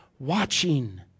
watching